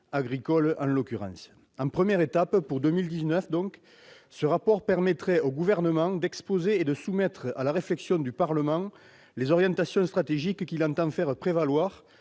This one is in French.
agricole en l'occurrence. Dans une première étape, en 2019, ce rapport permettrait au Gouvernement d'exposer et de soumettre à la réflexion du Parlement les orientations stratégiques qu'il entend faire prévaloir